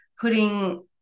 putting